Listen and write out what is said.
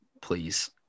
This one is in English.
please